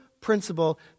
principle